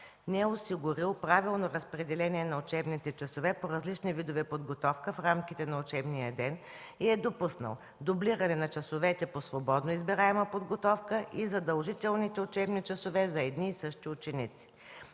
Не е осигурил правилно разпределение на учебните часове по различни видове подготовка в рамките на учебния ден и е допуснал дублиране на часовете по свободно избираема подготовка и задължителните учебни часове за едни и същи ученици.